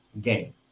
game